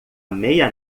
meia